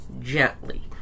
gently